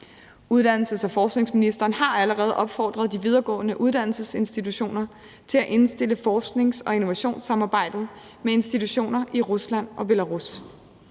Uddannelses- og forskningsministeren har allerede opfordret de videregående uddannelsesinstitutioner til at indstille forsknings- og innovationssamarbejdet med institutioner i Rusland og Belarus.